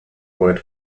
word